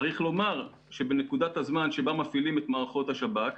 צריך לומר שבנקודת הזמן שבה מפעילים את מערכות השב"כ,